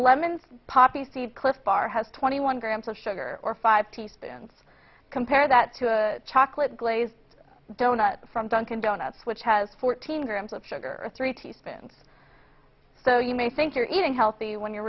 lemon poppy seed clif bar has twenty one grams of sugar or five teaspoons compare that to chocolate glazed donut from dunkin donuts which has fourteen grams of sugar or three teaspoons so you may think you're eating healthy when you're